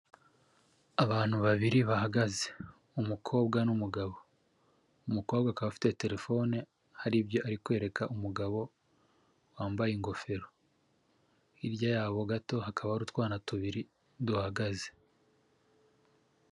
Abantu babiri bahagaze umukobwa n'umugabo umukobwa afite terefoni haribyo arikwereka umugabo wambaye ingofero, hirya yabo gato hakaba hari utwana tubiri duhagaze.